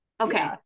Okay